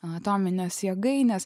atomines jėgaines